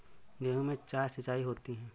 गेहूं में चार सिचाई होती हैं